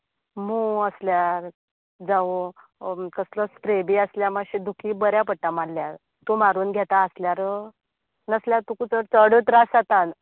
मोव आसल्यार जावूं ओर कसलो स्प्रे बीन आसल्यार मातशें दुखी बऱ्या पडटा मारल्यार तूं मारून घेता आसल्यार नसल्यार तुका जर चड त्रास जाता